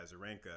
Azarenka